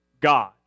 God